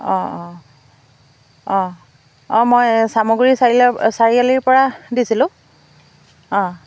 অঁ অঁ অঁ অঁ মই চামগুৰি চাৰিলা চাৰিআলিৰ পৰা দিছিলোঁ অঁ